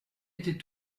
était